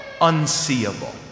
unseeable